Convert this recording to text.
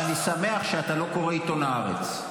ואני שמח שאתה לא קורא עיתון הארץ.